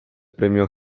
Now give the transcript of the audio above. premio